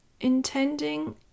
intending